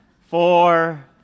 four